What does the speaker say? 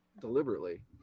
deliberately